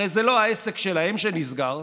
הרי זה לא העסק שלהם שנסגר.